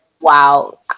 Wow